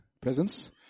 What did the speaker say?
presence